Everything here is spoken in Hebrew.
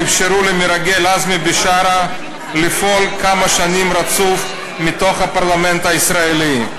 ואפשרו למרגל עזמי בשארה לפעול כמה שנים רצוף מתוך הפרלמנט הישראלי.